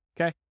Okay